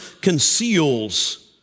conceals